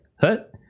hut